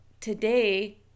today